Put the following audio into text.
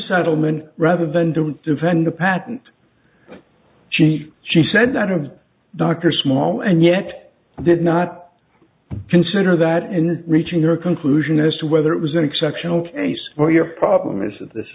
settlement rather than to defend the patent she she said that of dr small and yet i did not consider that and reaching a conclusion as to whether it was an exceptional case or your problem is that this